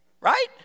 Right